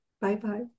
Bye-bye